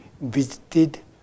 visited